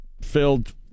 filled